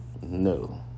no